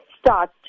start